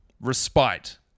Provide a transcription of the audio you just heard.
respite